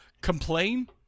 complain